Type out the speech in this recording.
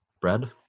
bread